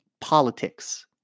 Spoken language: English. politics